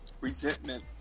resentment